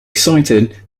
excited